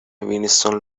وینستون